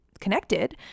connected